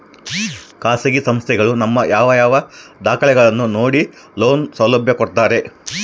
ಖಾಸಗಿ ಸಂಸ್ಥೆಗಳು ನಮ್ಮ ಯಾವ ಯಾವ ದಾಖಲೆಗಳನ್ನು ನೋಡಿ ಲೋನ್ ಸೌಲಭ್ಯ ಕೊಡ್ತಾರೆ?